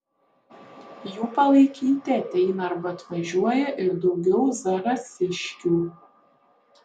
jų palaikyti ateina arba atvažiuoja ir daugiau zarasiškių